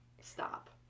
stop